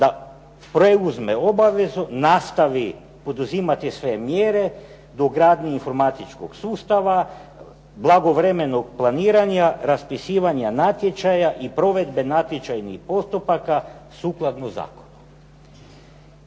da preuzme obvezu, nastavi poduzimati sve mjere, dogradnju informatičkog sustava, blagovremenog planiranja, raspisivanja natječaja i provedbe natječajnih postupaka sukladno zakonu.